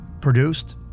produced